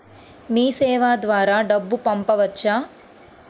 మీసేవ ద్వారా డబ్బు పంపవచ్చా?